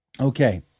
Okay